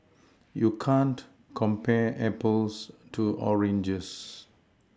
you can't compare Apples to oranges